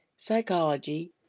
psychology,